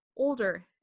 Older